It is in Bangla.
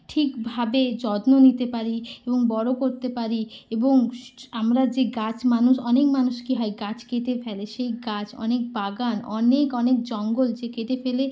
ঠিকভাবে যত্ন নিতে পারি এবং বড়ো করতে পারি এবং আমরা যে গাছ মানুষ অনেক মানুষ কি হয় গাছ কেটে ফেলে সেই গাছ অনেক বাগান অনেক অনেক জঙ্গল যে কেটে ফেলে